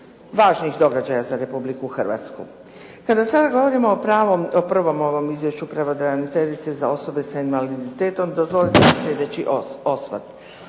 važnih događaja za Republiku Hrvatsku. Kada sada govorimo o prvom ovom izvješću pravobraniteljice za osobe sa invaliditetom, dozvolite mi sljedeći osvrt.